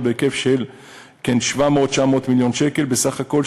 בהיקף של 700 900 מיליון שקל בסך הכול,